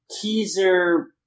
teaser